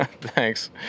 Thanks